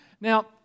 Now